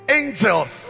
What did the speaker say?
angels